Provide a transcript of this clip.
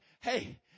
hey